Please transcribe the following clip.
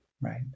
right